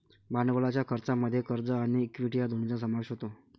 भांडवलाच्या खर्चामध्ये कर्ज आणि इक्विटी या दोन्हींचा समावेश होतो